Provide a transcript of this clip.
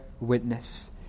witness